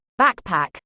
backpack